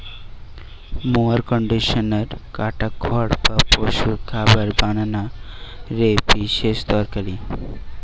mower conditioner কাটা খড় বা পশুর খাবার বানানা রে বিশেষ দরকারি